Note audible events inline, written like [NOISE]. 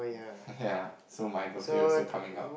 [LAUGHS] ya so my birthday also coming up